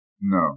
No